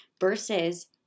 versus